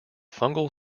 fungal